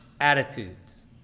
attitudes